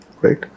right